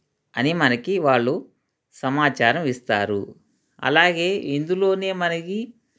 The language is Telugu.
అని మనకి వాళ్ళు సమాచారం ఇస్తారు అలాగే ఇందులోనే మనకి